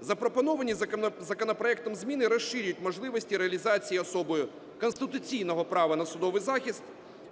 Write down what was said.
Запропоновані законопроектом зміни розширюють можливості реалізації особою конституційного права на судовий захист